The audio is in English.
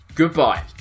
Goodbye